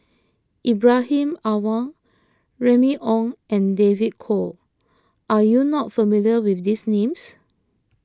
Ibrahim Awang Remy Ong and David Kwo are you not familiar with these names